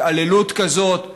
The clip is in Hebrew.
התעללות כזאת,